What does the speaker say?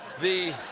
the